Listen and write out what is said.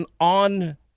on